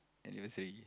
anniversary